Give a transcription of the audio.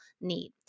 need